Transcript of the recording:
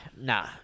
Nah